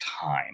time